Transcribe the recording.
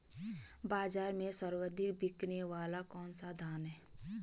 बाज़ार में सर्वाधिक बिकने वाला कौनसा धान है?